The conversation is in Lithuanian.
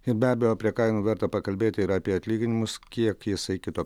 ir be abejo prie kainų verta pakalbėti ir apie atlyginimus kiek jisai kito